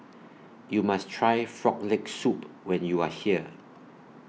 YOU must Try Frog Leg Soup when YOU Are here